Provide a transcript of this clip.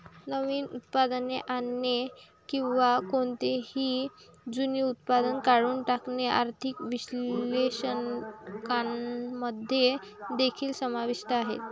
नवीन उत्पादने आणणे किंवा कोणतेही जुने उत्पादन काढून टाकणे आर्थिक विश्लेषकांमध्ये देखील समाविष्ट आहे